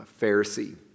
Pharisee